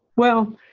well,